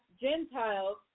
Gentiles